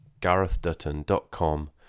GarethDutton.com